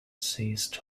ceased